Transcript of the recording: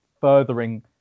furthering